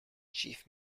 chief